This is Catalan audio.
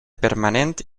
permanent